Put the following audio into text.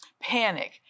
Panic